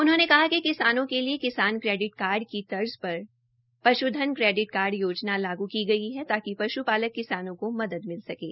उन्होंने कहा कि किसानों के लिए किसान क्रेडिट कार्ड की तर्ज पर पश्धन क्रेडिट कार्ड योजना लागू की गई है ताकि पश्पालक किसानों की मदद मिल सकें